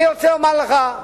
אני רוצה לומר לך: